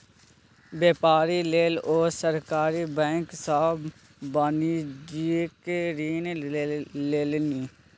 बेपार लेल ओ सरकारी बैंक सँ वाणिज्यिक ऋण लेलनि